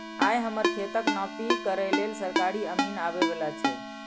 आइ हमर खेतक नापी करै लेल सरकारी अमीन आबै बला छै